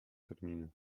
terminy